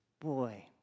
boy